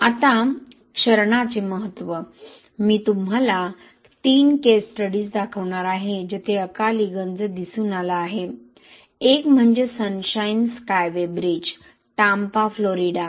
आता क्षरणाचे महत्त्व मी तुम्हाला 3 केस स्टडीज दाखवणार आहे जेथे अकाली गंज दिसून आला आहे एक म्हणजे Sunshine Skyway Bridge Tampa Florida